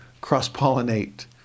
cross-pollinate